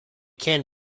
can